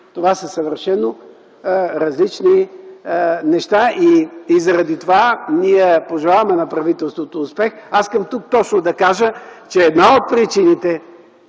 Това са съвършено различни неща и заради това ние пожелаваме на правителството успех. Тук искам да кажа, че една от причините